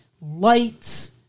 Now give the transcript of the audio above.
light